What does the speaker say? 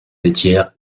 laitière